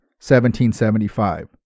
1775